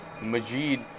Majid